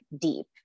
deep